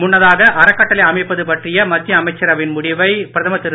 முன்னதாக அறக்கட்டளை அமைப்பது பற்றிய மத்திய அமைச்சரவையின் முடிவை பிரதமர் திரு